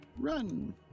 Run